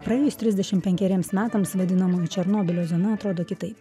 praėjus trisdešimt penkeriems metams vadinamoji černobylio zona atrodo kitaip